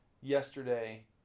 Yesterday